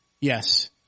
Yes